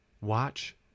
Watch